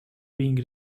being